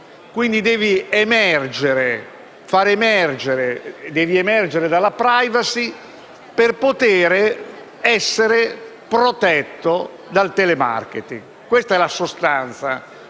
Quindi occorre emergere dalla *privacy* per essere protetti dal *telemarketing*. Questa è la sostanza